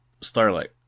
Starlight